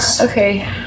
Okay